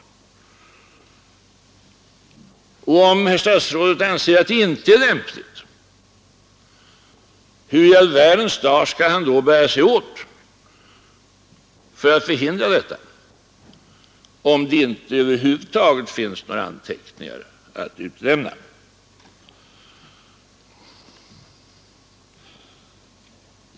Om statsrådet anser att det inte är lämpligt, hur i all världens dar skall han då bära sig åt för att förhindra detta, om det över huvud taget inte finns några anteckningar att utlämna?